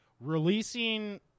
releasing